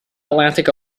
atlantic